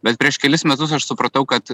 bet prieš kelis metus aš supratau kad